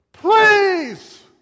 please